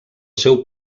seu